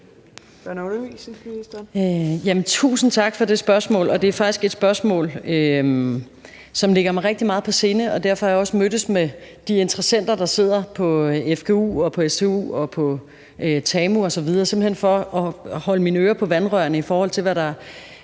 tusind tak for det spørgsmål. Det er faktisk et spørgsmål, som ligger mig rigtig meget på sinde, og derfor har jeg også mødtes med de interessenter, der sidder på fgu, stu og tamu osv., simpelt hen for at holde mine ører på vandrørene, i forhold til hvor de